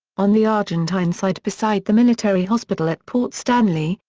on the argentine side beside the military hospital at port stanley,